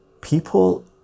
People